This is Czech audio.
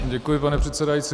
Děkuji, pane předsedající.